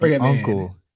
uncle